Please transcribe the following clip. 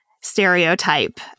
stereotype